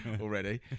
already